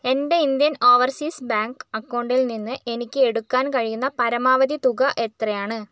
എൻ്റെ Indian Overseas Bank അക്കൗണ്ടിൽ നിന്ന് എനിക്ക് എടുക്കാൻ കഴിയുന്ന പരമാവധി തുക എത്രയാണ്